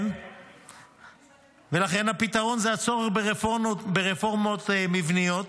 לכן הפתרון זה הצורך ברפורמות מבניות,